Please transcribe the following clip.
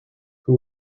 who